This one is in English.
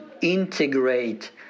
integrate